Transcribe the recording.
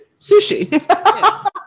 Sushi